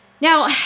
Now